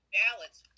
ballots